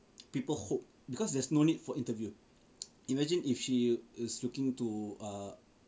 people hope because there's no need for interview imagine if she is looking to err